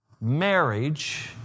marriage